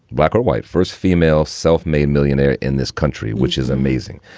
black or white, first female self-made millionaire in this country, which is amazing.